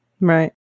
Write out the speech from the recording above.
Right